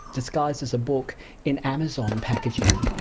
disguised as a book in amazon packaging.